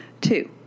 Two